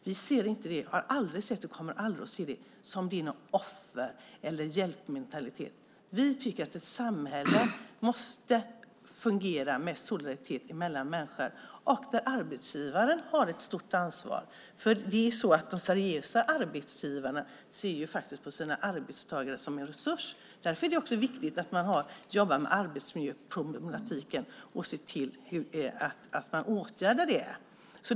Vi ser inte det, och kommer aldrig att se det, som ett offer eller som en hjälpmentalitet. Vi tycker att ett samhälle måste fungera med solidaritet mellan människor. Arbetsgivaren har ett stort ansvar där. De seriösa arbetsgivarna ser ju på sina arbetstagare som en resurs. Därför är det också viktigt att man jobbar med arbetsmiljöproblematiken och ser till att man åtgärdar den.